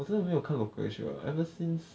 我真的没有看 local show liao ever since